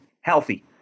healthy